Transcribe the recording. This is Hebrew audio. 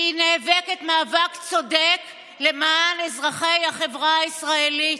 כי היא נאבקת מאבק צודק למען אזרחי החברה הישראלית,